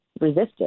resisted